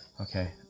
okay